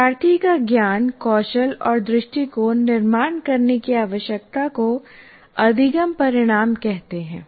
शिक्षार्थी का ज्ञान कौशल और दृष्टिकोण निर्माण करने की आवश्यकता को अधिगम परिणाम कहते हैं